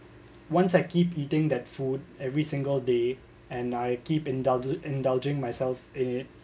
once I keep eating that food every single day and I keep indulge~ indulging myself in it